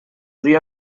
dia